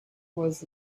was